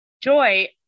Joy